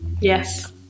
Yes